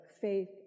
faith